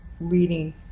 leading